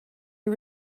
who